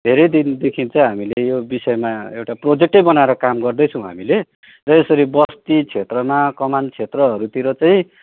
धेरै दिनदेखि चाहिँ हामीले यो विषयमा एउटा प्रोजेक्टै बनाएर काम गर्दैछौँ हामीले र यसरी बस्ती क्षेत्रमा कमान क्षेत्रहरूतिर चाहिँ